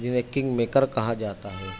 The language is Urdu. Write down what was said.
جنہیں کنگ میکر کہا جاتا ہے